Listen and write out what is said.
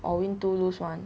or win two lose one